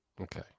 Okay